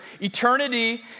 eternity